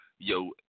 Yo